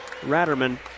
Ratterman